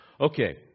Okay